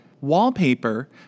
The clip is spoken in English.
wallpaper